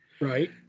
Right